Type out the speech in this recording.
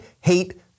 hate